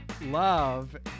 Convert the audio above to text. love